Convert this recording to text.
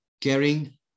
Caring